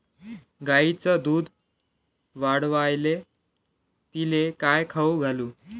गायीचं दुध वाढवायले तिले काय खाऊ घालू?